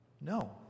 No